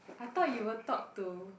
I thought you will talk to